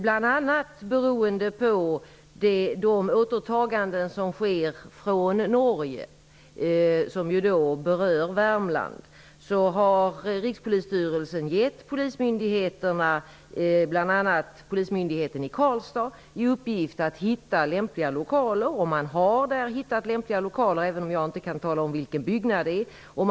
Bl.a. beroende på de återtaganden från Norge, som berör Värmland, har Rikspolisstyrelsen t.ex. gett polismyndigheten i Karlstad i uppgift att hitta lämpliga lokaler. Man har hittat lämpliga lokaler, även om jag inte kan tala om vilken byggnad det är fråga om.